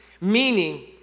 meaning